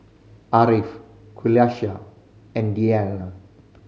Ariff Qalisha and Dian